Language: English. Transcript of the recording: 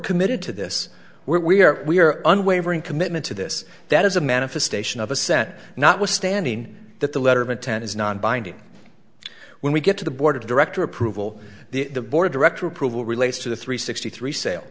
committed to this where we are we are unwavering commitment to this that is a manifestation of assent not withstanding that the letter of intent is non binding when we get to the board of director approval the board director approval relates to the three sixty three sale